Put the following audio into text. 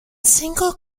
single